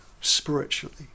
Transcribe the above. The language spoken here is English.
spiritually